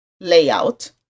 layout